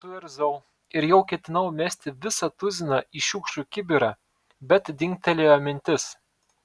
suirzau ir jau ketinau mesti visą tuziną į šiukšlių kibirą bet dingtelėjo mintis